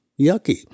yucky